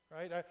right